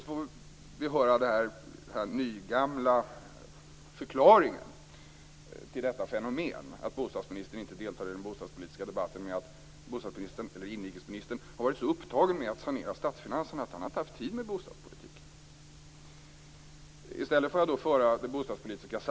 Så fick vi höra den nygamla förklaringen till detta fenomen att bostadsministern inte deltar i den bostadspolitiska debatten: inrikesministern har varit så upptagen med att sanera statsfinanserna att han inte har haft tid med bostadspolitik.